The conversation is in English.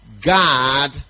God